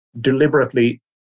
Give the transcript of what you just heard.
deliberately